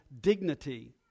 dignity